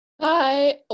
Hi